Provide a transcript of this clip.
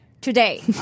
today